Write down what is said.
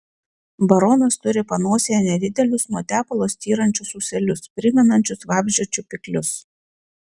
baronas turi panosėje nedidelius nuo tepalo styrančius ūselius primenančius vabzdžio čiupiklius